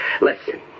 Listen